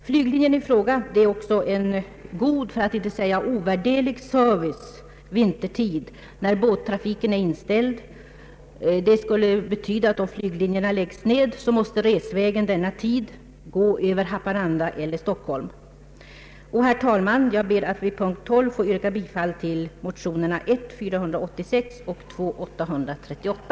Flyglinjen i fråga innebär en god för att inte säga ovärderlig service vintertid när båttrafiken är inställd. Om flyglinjen läggs ned måste resvägen denna tid gå över Haparanda eller Stockholm. Herr talman! Jag ber att vid punkten 12 få yrka bifall till motionerna I: 486 och II: 838.